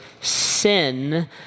sin